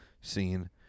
scene